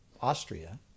Austria